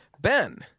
Ben